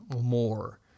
more